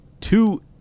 two